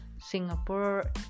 Singapore